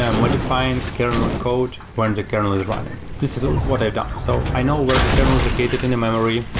ah modifying kernel code when the kernel is running. this is ah what i've done. so i know where the kernel is located in a memory.